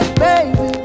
baby